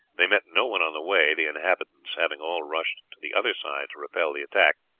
they met no one on the way, the inhabitants having all rushed to the other side to repel the attack.